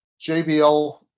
JBL